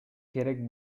керек